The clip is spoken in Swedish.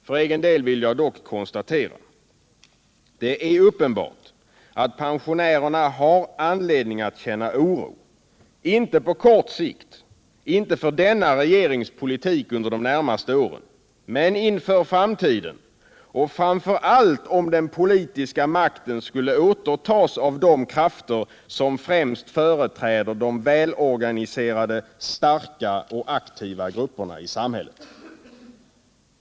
För egen del vill jag dock konstatera: 113 ekonomiska grundtrygghet Det är uppenbart att pensionärerna har anledning att känna oro — inte på kort sikt, inte för denna regerings politik under de närmaste åren, men inför framtiden och framför allt om den politiska makten skulle återtas av de krafter som främst företräder de välorganiserade, starka och aktiva grupperna i samhället.